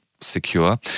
secure